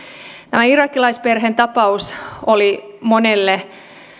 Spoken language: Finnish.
tämä irakilaisperheen tapaus oli monelle